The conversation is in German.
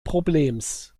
problems